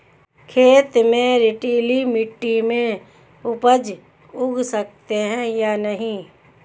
खेत में रेतीली मिटी में उपज उगा सकते हैं या नहीं?